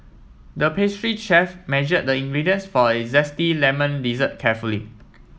the pastry chef measure the ingredients for a zesty lemon dessert carefully